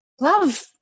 love